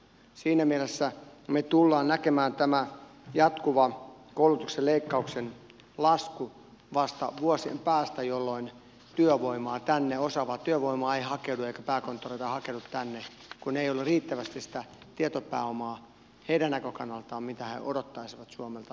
siinä mielessä me tulemme näkemään tämän jatkuvan koulutuksen leikkauksen laskun vasta vuosien päästä jolloin työvoimaa osaavaa työvoimaa ei hakeudu eikä pääkonttoreita hakeudu tänne kun ei ole riittävästi sitä tietopääomaa heidän näkökannaltaan mitä he odottaisivat suomelta